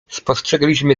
spostrzegliśmy